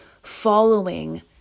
following